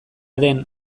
den